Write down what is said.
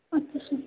আচ্ছা স্যার